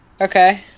Okay